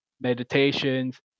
meditations